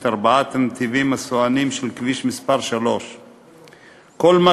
את ארבעת הנתיבים הסואנים של כביש מס' 3. כל מה